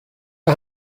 der